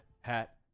hat